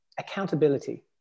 accountability